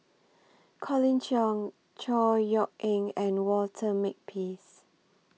Colin Cheong Chor Yeok Eng and Walter Makepeace